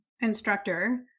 instructor